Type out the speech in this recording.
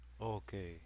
Okay